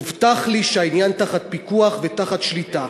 הובטח לי שהעניין תחת פיקוח ותחת שליטה.